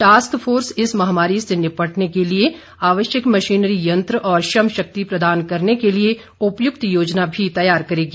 task force इस महामारी से निपटने के लिए आवश्यक मशीनरी यंत्र और श्रम शक्ति प्रदान करने के लिए उपयुक्त योजना भी तैयार करेगी